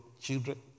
children